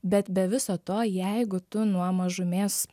bet be viso to jeigu tu nuo mažumės